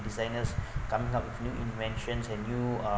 designers come out with new invention and new uh